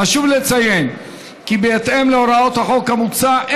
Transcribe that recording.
חשוב לציין כי בהתאם להוראות החוק המוצע,